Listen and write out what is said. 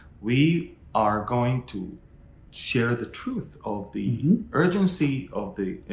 we are going to share the truth of the urgency of the,